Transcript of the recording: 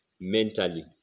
mentally